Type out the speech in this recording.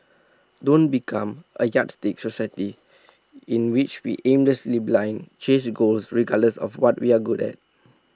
don't become A yardstick society in which we aimlessly blindly chase goals regardless of what we're good at